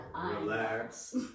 relax